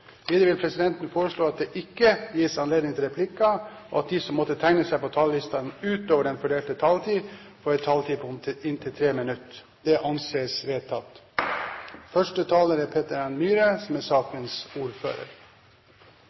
Videre vil presidenten foreslå at det ikke gis anledning til replikker, og at de som måtte tegne seg på talerlisten utover den fordelte taletid, får en taletid på inntil 3 minutter. – Det anses vedtatt. Det er tre avtaler Stortinget i dag inviteres til å ratifisere. Det er